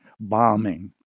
bombing